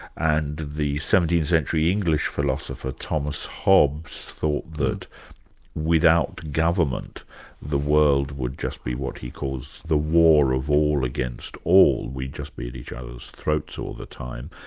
and the seventeenth century english philosopher thomas hobbes thought that without government the world would just be what he calls the war of all against all, we'd just be at each other's throats all the time,